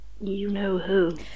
you-know-who